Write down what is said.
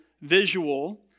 visual